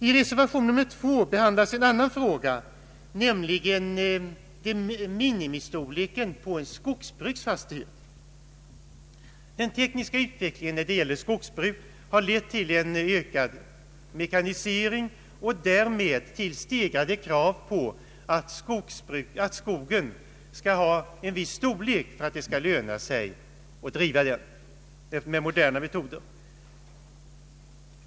I reservationen 2 behandlas en annan fråga, nämligen minimistorleken på en skogsbruksfastighet. Den tekniska utvecklingen när det gäller skogsbruk har lett till ökad mekanisering och därmed stegrade krav på att skogsfastigheterna skall ha en viss storlek för att det skall löna sig att driva dem med modernare metoder.